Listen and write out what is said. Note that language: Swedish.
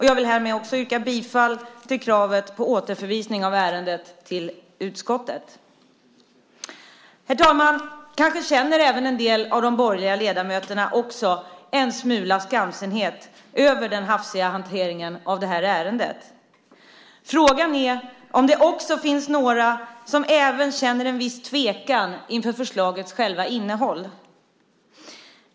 Jag vill härmed också yrka bifall till kravet på återförvisning av ärendet till utskottet. Herr talman! Kanske känner en del av de borgerliga ledamöterna en smula skamsenhet över den hafsiga hanteringen av ärendet. Frågan är om det också finns några som känner en viss tvekan inför själva innehållet i förslaget.